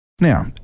Now